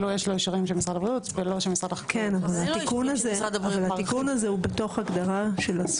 זה חל כבר עכשיו, אבל תהיה הוראת שעה שתתגבר על זה